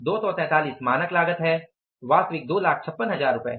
243 मानक लागत है वास्तविक 256000 रूपए है